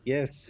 Yes